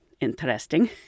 Interesting